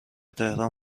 تهران